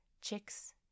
chicks